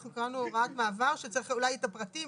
אנחנו קראנו הוראת מעבר שצריך אולי את הפרטים,